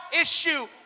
issue